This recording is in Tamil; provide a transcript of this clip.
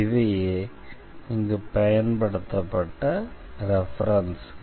இவையே இங்கே பயன்படுத்தப்பட்ட ரெஃபரென்ஸ்கள்